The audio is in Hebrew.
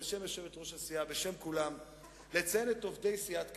בשם יושבת-ראש הסיעה ובשם כולם לציין את עובדי סיעת קדימה,